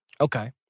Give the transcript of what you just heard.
Okay